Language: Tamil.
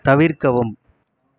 தவிர்க்கவும்